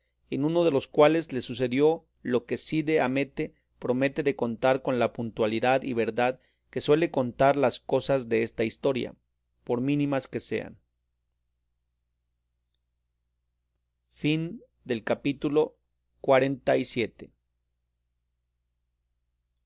en uno de los cuales le sucedió lo que cide hamete promete de contar con la puntualidad y verdad que suele contar las cosas desta historia por mínimas que sean capítulo xlviii